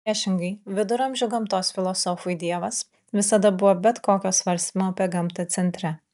priešingai viduramžių gamtos filosofui dievas visada buvo bet kokio svarstymo apie gamtą centre